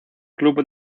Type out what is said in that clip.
club